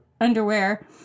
underwear